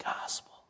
gospel